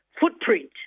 footprint